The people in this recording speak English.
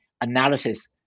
analysis